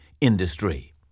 industry